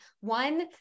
one